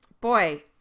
boy